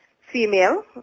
female